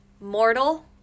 mortal